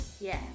Yes